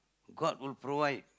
god will provide